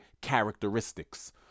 characteristics